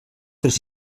tres